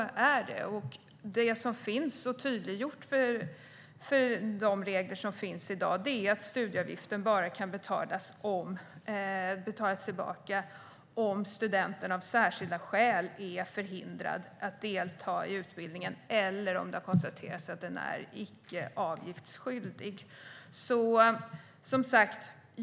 Det som är tydliggjort i de regler som finns är att studieavgiften bara kan betalas tillbaka om studenten av särskilda skäl är förhindrad att delta i utbildningen eller om det har konstaterats att utbildningen är icke avgiftsskyldig.